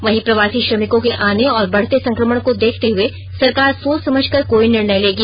वहीं प्रवासी श्रमिको के आने और बढ़ते संकमण को देखते हुए सरकार सोच समझकर कोई निर्णय लेगी